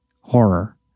horror